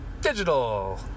digital